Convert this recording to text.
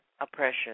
oppression